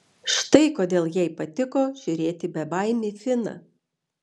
štai kodėl jai patiko žiūrėti bebaimį finą